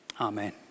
Amen